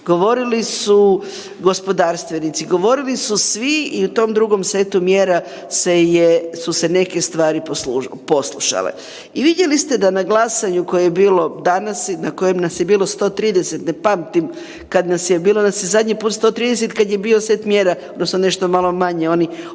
govorili su gospodarstvenici, govorili su svi i u tom drugom setu mjera se je, su se neke stvari poslušale. I vidjeli ste da na glasanju koje bilo danas i na koje nas je bilo 130, ne pamtim kad nas je, bilo nas je zadnji put 130 kad je bio set mjera odnosno nešto malo manje onih ožujak,